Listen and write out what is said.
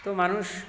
তো মানুষ